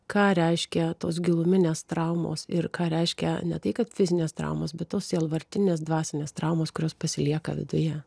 ką reiškia tos giluminės traumos ir ką reiškia ne tai kad fizinės traumos bet tos sielvartinės dvasinės traumos kurios pasilieka viduje